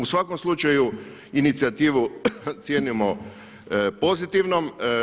U svakom slučaju inicijativu cijenimo pozitivnom.